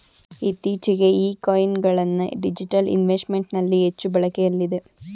ಇತ್ತೀಚೆಗೆ ಈ ಕಾಯಿನ್ ಗಳನ್ನ ಡಿಜಿಟಲ್ ಇನ್ವೆಸ್ಟ್ಮೆಂಟ್ ನಲ್ಲಿ ಹೆಚ್ಚು ಬಳಕೆಯಲ್ಲಿದೆ